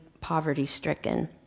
poverty-stricken